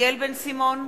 דניאל בן-סימון,